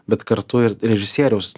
bet kartu ir režisieriaus